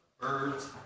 birds